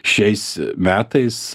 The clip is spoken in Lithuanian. šiais metais